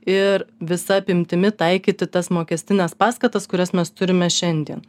ir visa apimtimi taikyti tas mokestines paskatas kurias mes turime šiandien